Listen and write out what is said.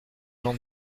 jean